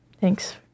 Thanks